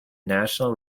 national